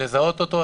לזהות אותו,